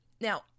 Now